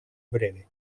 breve